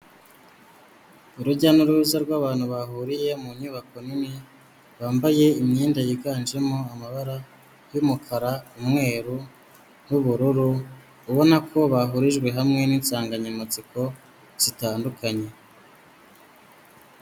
Urujya n'uruza rw'abantu bahuriye mu nyubako nini bambaye imyenda yiganjemo amabara y'umukara, umweru n'ubururu, ubona ko bahurijwe hamwe n'insanganyamatsiko zitandukanye.